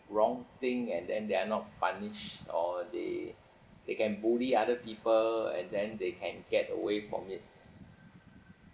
wrong thing and then they are not punished or they they can bully other people and then they can get away from it